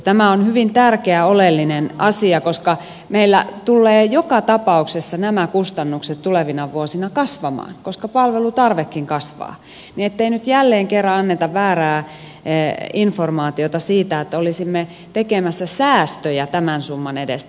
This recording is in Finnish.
tämä on hyvin tärkeä oleellinen asia koska meillä tullee joka tapauksessa nämä kustannukset tulevina vuosina kasvamaan koska palvelutarvekin kasvaa niin ettei nyt jälleen kerran anneta väärää informaatiota siitä että olisimme tekemässä säästöjä tämän summan edestä